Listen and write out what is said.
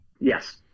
Yes